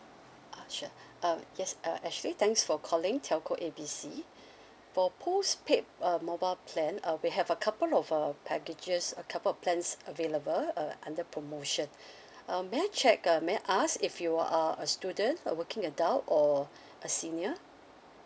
uh sure uh yes uh ashley thanks for calling telco A B C for postpaid uh mobile plan uh we have a couple of uh packages a couple of plans available uh under promotion um may I check um may I ask if you're a student a working adult or a senior